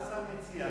מה השר מציע?